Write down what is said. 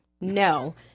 no